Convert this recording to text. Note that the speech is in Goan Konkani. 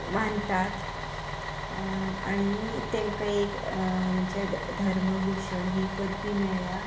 मानतात आनी तांकां एक म्हणजे धर्म भुशण ही पदवी मेळ्या